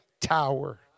tower